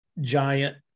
giant